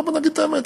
בואו נגיד את האמת.